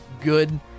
good